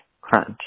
crunch